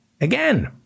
Again